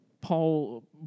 Paul